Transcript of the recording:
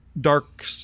dark